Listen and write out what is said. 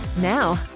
Now